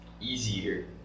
easier